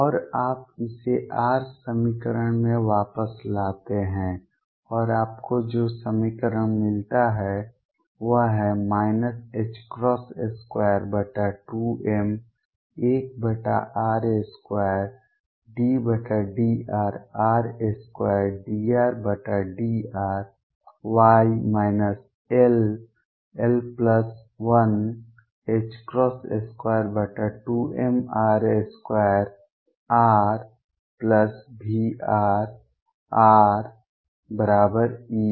और आप इसे r समीकरण में वापस लाते हैं और आपको जो समीकरण मिलता है वह है 22m1r2∂r r2dRdrY ll122mr2RVrRER